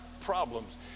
problems